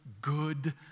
good